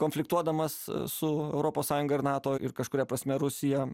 konfliktuodamas su europos sąjunga ir nato ir kažkuria prasme rusija